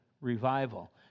revival